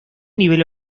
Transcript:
nivel